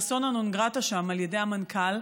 פרסונה נון גרטה שם אצל המנכ"ל,